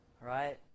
right